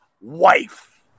wife